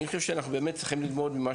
אני חושב שאנחנו באמת צריכים ללמוד ממה